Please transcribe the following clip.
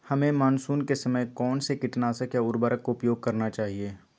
हमें मानसून के समय कौन से किटनाशक या उर्वरक का उपयोग करना चाहिए?